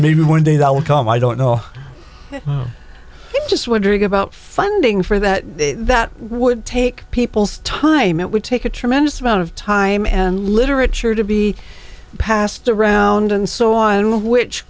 maybe one day that will come i don't know just wondering about funding for that that would take people's time it would take a tremendous amount of time and literature to be passed around and so on of which